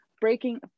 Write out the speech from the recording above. breaking